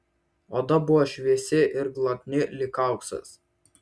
oda buvo šviesi ir glotni lyg auksas